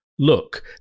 look